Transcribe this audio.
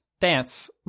dance